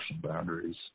boundaries